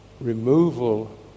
removal